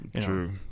True